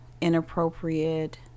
inappropriate